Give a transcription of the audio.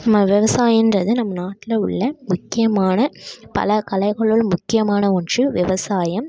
நம்ம விவசாயம்ன்றது நம்ம நாட்டில் உள்ள முக்கியமான பல கலைகளுள் முக்கியமான ஒன்று விவசாயம்